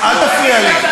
אל תפריע לי.